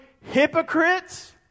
hypocrites